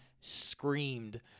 screamed